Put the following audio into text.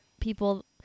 people